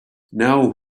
now